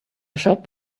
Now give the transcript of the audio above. shop